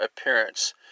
appearance